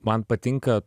man patinka